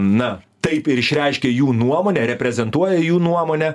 na taip ir išreiškia jų nuomonę reprezentuoja jų nuomonę